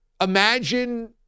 Imagine